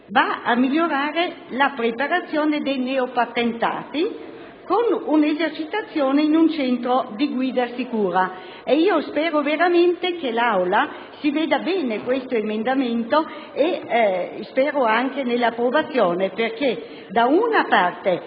a migliorare la preparazione dei neopatentati con un'esercitazione in un "centro di guida sicura". Spero veramente che l'Aula apprezzi questo emendamento e spero anche nella sua approvazione. Da una parte,